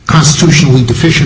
constitutionally deficient